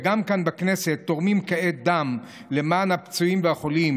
וגם כאן בכנסת תורמים כעת דם למען הפצועים והחולים,